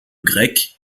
grec